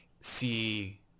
see